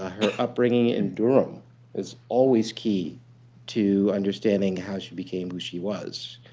upbringing in durham was always key to understanding how she became who she was.